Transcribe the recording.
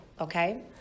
okay